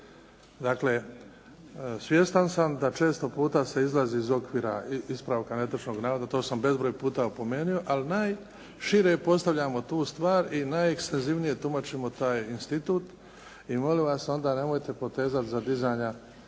Dakle, svjestan sam da često puta se izlazi iz okvira ispravka netočnog navoda. To sam bezbroj puta opomenuo, ali najšire postavljamo tu stvar i najekstenzivnije tumačimo taj institut. I molim vas onda nemojte potezat za dizanja,